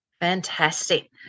Fantastic